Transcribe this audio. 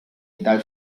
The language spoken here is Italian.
dal